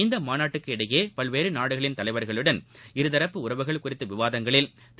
இந்தமாநாட்டுக்கு இடையேபல்வேறுநாடுகளின் தலைவர்களுடன் இருதரப்பு உறவுகள் குறித்தவிவாதங்களில் திரு